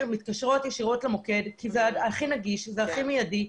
מתקשרים למוקד כי הוא הכי נגיש ומיידי,